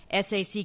SAC